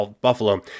Buffalo